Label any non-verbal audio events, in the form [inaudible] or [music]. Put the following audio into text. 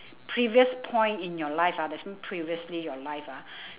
previous point in your life ah that's mean previously your life ah [breath]